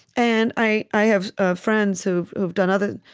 and i i have ah friends who've who've done other,